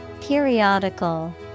Periodical